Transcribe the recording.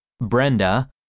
Brenda